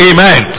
Amen